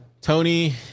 tony